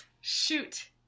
shoot